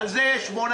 על חומר זה יש 8%,